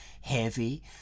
heavy